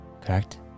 correct